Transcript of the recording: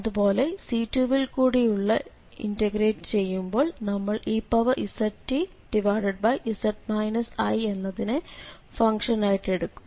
അതുപോലെ C2വിൽ കൂടി ഇന്റഗ്രേറ്റ് ചെയ്യുമ്പോൾ നമ്മൾ eztz i എന്നതിനെ ഫംഗ്ഷൻ ആയിട്ട് എടുക്കും